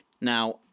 Now